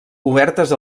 obertes